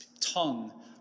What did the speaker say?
tongue